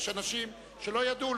יש אנשים שלא ידעו,